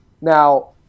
Now